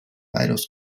weitaus